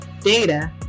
data